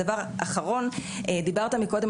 דבר אחרון דיברת מקודם,